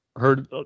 heard